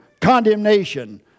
condemnation